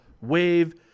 WAVE